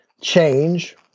change